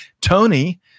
Tony